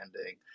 ending